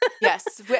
Yes